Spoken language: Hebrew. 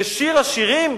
ושיר השירים,